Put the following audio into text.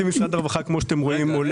אתם תשמעו כאן במצגות המשרדים על תת